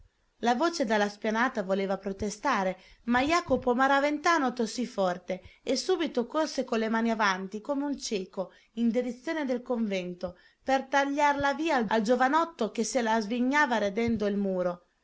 la voce dalla spianata voleva protestare ma jacopo maraventano tossì forte e subito corse con le mani avanti come un cieco in direzione del convento per tagliar la via al giovanotto che se la svignava radendo il muro